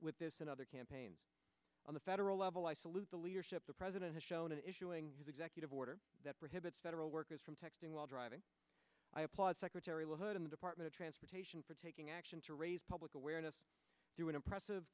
with this and other campaigns on the federal level i salute the leadership the president has shown in issuing executive order that prohibits federal workers from texting while driving i applaud secretary la hood of the department of transportation for taking action to raise public awareness through an impressive